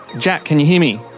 jack, can you hear me?